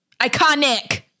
Iconic